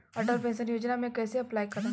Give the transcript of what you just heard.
Atal pension योजना मे कैसे अप्लाई करेम?